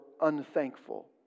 unthankful